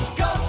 go